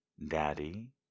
Daddy